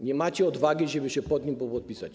Nie macie odwagi, żeby się pod nim podpisać.